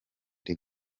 the